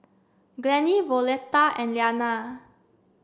Glennie Violetta and Liana